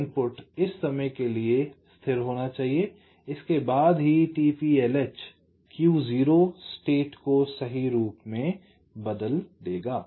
तो एक इनपुट इस समय के लिए स्थिर होना चाहिए और इसके बाद ही t p lh Q0 state को सही रूप में बदल देगा